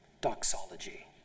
doxology